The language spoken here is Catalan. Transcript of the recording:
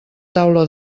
taula